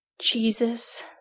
Jesus